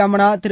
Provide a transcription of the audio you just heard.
Ramana Thiru